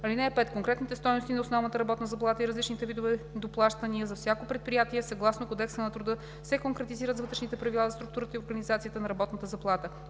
(5) Конкретните стойности на основната работна заплата и различните видове доплащания за всяко предприятие съгласно Кодекса на труда се конкретизират с Вътрешните правила за структурата и организацията на работната заплата.